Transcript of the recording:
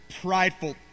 Prideful